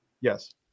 yes